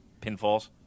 Pinfalls